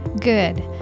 Good